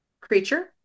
creature